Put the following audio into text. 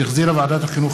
שהחזירה ועדת החינוך,